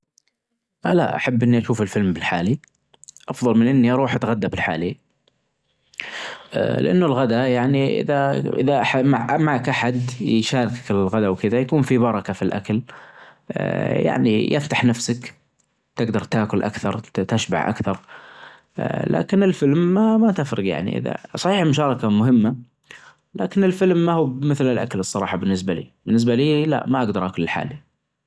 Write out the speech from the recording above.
انا احب اني اشوف الفيلم بالحالي افظل من اني اروح اتغدي بالحالي لأن الغدا اذا معك أحد يشاركك في الغدا وكذا يكون في بركة في الاكل يعني يفتح نفسك تجدر تاكل أكثر تشبع أكثر لكن الفيلم ما ما تفرج اذا صحيح المشاركة مهمة لكن الفيلم ماهو بمثل الأكل الصراحة بالنسبة لي بالنسبة لي لأ ما اجدر أكل لحالي.